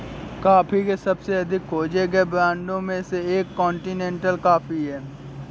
coffee के सबसे अधिक खोजे गए ब्रांडों में से एक कॉन्टिनेंटल कॉफ़ी है